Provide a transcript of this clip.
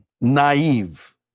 naive